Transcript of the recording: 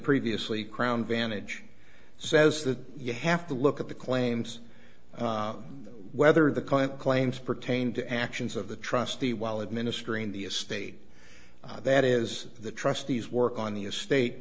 previously crown vantage says that you have to look at the claims whether the client claims pertained to actions of the trustee while administering the estate that is the trustees work on the estate